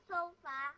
Sofa